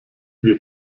wir